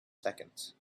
seconds